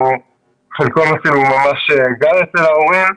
וחלקו ממש גר אצל ההורים.